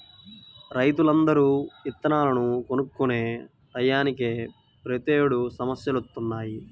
రైతులందరూ ఇత్తనాలను కొనుక్కునే టైయ్యానినే ప్రతేడు సమస్యలొత్తన్నయ్